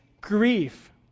grief